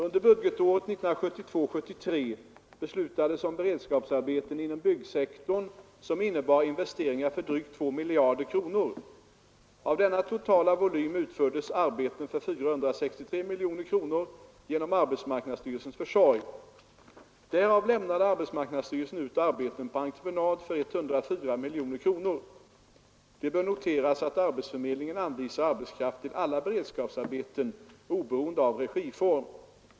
Under budgetåret 1972/73 beslutades om beredskapsarbeten inom byggsektorn som innebar investeringar för drygt 2 miljarder kronor. Av denna totala volym utfördes arbeten för 463 miljoner kronor genom arbetsmarknadsstyrelsens försorg. Därav lämnade arbetsmarknadsstyrelsen ut arbeten på entreprenad för 104 miljoner kronor. Det bör noteras att arbetsförmedlingen anvisar arbetskraft till alla beredskapsarbeten oberoende av regiform.